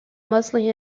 mostly